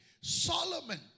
Solomon